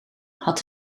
had